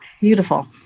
beautiful